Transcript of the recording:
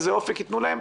איזה אופק יתנו להם,